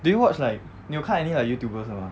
do you watch like 你有看 any like youtubers 的吗